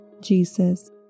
Jesus